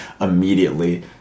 immediately